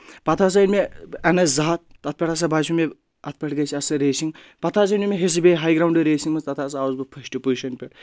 پتہٕ ہسا أنۍ مےٚ اٮ۪م اٮ۪س زٕ ہَتھ تَتھ پؠٹھ ہَسا باسیو مےٚ اَتھ پؠٹھ گژھِ اَسہِ ریسِنٛگ پَتہٕ حظ أنِو مےٚ حِصہٕ بیٚیہِ ہاے گرٛاونٛڈٕ ریسِنٛگ منٛز تَتھ ہَسا آوُس بہٕ فسٹہٕ پُزِشَن پؠٹھ